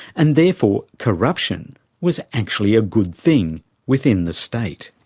and therefore corruption was actually a good thing within the state.